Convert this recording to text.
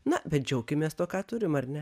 na bet džiaukimės tuo ką turim ar ne